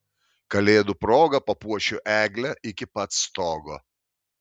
kalėdų proga papuošiu eglę iki pat stogo